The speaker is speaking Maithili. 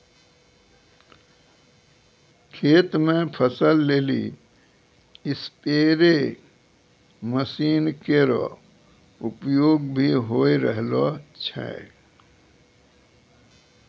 खेत म फसल लेलि स्पेरे मसीन केरो उपयोग भी होय रहलो छै